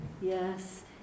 Yes